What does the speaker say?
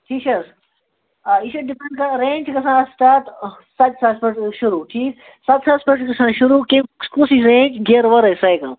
ٹھیٖک چھِ حظ آ یہِ چھِ ڈِپٮ۪نٛڈ کَران رینٛج چھُ گژھان اَتھ سِٹارٹ سَتہِ ساسہٕ پٮ۪ٹھ شروٗع ٹھیٖک سَتہٕ ساسہِ پٮ۪ٹھ چھُ گژھان شروٗع کیٚنٛہہ کِژھ ہِش رینٛج گیر وَرٲے سایکَل